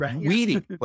weeding